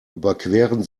überqueren